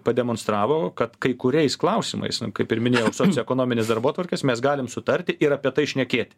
pademonstravo kad kai kuriais klausimais na kaip ir minėjau sociaekonominės darbotvarkės mes galim sutarti ir apie tai šnekėti